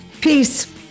peace